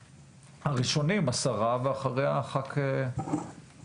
הראשונים שתדבר כעת זו השרה, ואחריה הח"כ לתמיד.